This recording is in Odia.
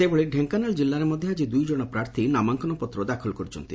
ସେହିଭଳି ଢେଙ୍କାନାଳ ଜିଲ୍ଲାରେ ମଧ୍ଧ ଆଜି ଦୁଇଜଣ ପ୍ରାର୍ଥୀ ନାମାଙ୍କନପତ୍ର ଦାଖଲ କରିଛନ୍ତି